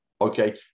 okay